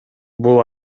бул